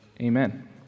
Amen